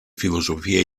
filosofia